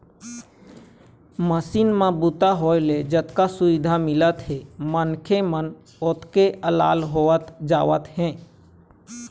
machine म बूता होए ले जतका सुबिधा मिलत हे मनखे मन ओतके अलाल होवत जावत हे